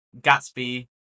Gatsby